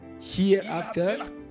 Hereafter